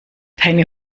deine